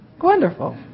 Wonderful